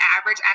average